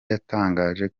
yatangaje